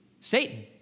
Satan